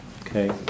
okay